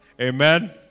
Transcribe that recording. Amen